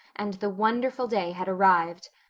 and the wonderful day had arrived.